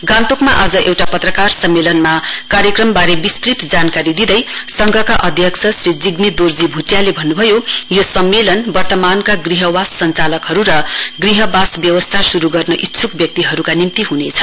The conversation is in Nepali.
गान्तोकमा आज एउटा पत्रकार सम्मेलन कार्यक्रमवारे विस्तृत जानकारी दिँदै संघका अध्यक्ष श्री जिग्मी दोर्जी भुटियाले भन्नुभयो यो सम्मेलन वर्तमानका ग्रहवास संचालकहरु र ग्रह्नवास व्यवस्था शुरु गर्न इच्छुक व्यक्तिहरुका निम्ति हुनेछ